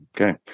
Okay